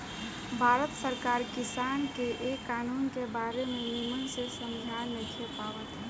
भारत सरकार किसान के ए कानून के बारे मे निमन से समझा नइखे पावत